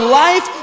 life